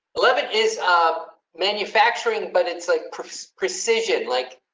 eleven is um manufacturing, but it's like precision like.